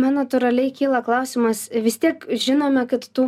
man natūraliai kyla klausimas vis tiek žinome kad tų